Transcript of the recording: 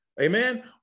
Amen